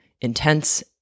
intense